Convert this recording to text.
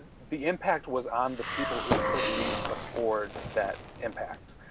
and the impact was on the people who could least afford that impact,